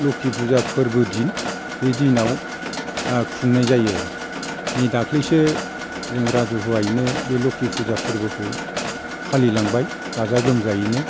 लोखि फुजा फोरबो दिन बे दिनाव खुंनाय जायो आरो नै दाख्लैसो जों राजुहुवायैनो बे लोखि फुजा फोरबोखौ फालिलांबाय गाजा गोमजायैनो